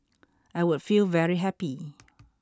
I would feel very happy